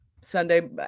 sunday